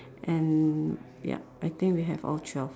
and yup I think we have all twelve